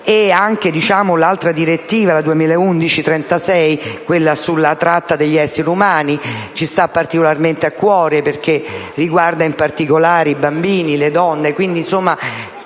modo, la direttiva 2011/36/UE sulla tratta degli esseri umani ci sta particolarmente a cuore perché riguarda in particolare i bambini e le donne.